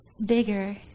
Bigger